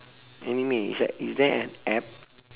anime it's like is there an app